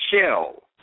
shell